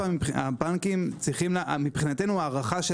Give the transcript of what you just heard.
מבחינתנו ההארכה,